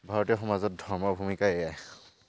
ভাৰতীয় সমাজত ধৰ্মৰ ভূমিকা এইয়াই